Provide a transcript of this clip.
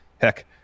heck